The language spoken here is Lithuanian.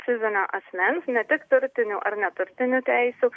fizinio asmens ne tik turtinių ar neturtinių teisių